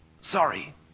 sorry